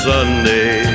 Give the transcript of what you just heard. Sunday